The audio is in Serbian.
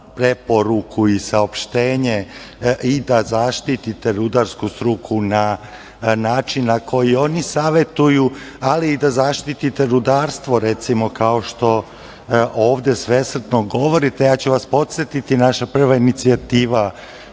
preporuku i saopštenje i da zaštite rudarsku struku na način na koji oni savetuju, ali i da zaštitite rudarstvo recimo kao što ovde svesrdno govorite. Podsetiću vas, naša prva inicijativa